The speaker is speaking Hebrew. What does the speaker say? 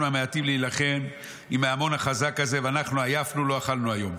המעטים להילחם עם ההמון החזק הזה ואנחנו עייפנו לא אכלנו היום.